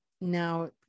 now